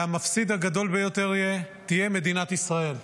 והמפסידה הגדולה ביותר תהיה מדינת ישראל.